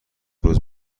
روز